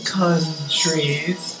countries